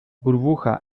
burbuja